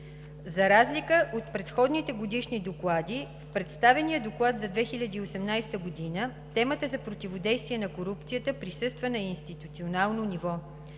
За разлика от предходните годишни доклади в представения доклад за 2018 г. темата за противодействие на корупцията присъства на институционално ниво.